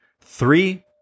three